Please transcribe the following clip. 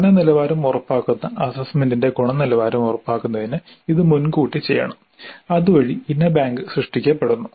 പഠന നിലവാരം ഉറപ്പാക്കുന്ന അസ്സസ്സ്മെന്റിന്റെ ഗുണനിലവാരം ഉറപ്പാക്കുന്നതിന് ഇത് മുൻകൂട്ടി ചെയ്യണം അതുവഴി ഇന ബാങ്ക് സൃഷ്ടിക്കപ്പെടുന്നു